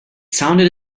sounded